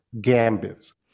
gambits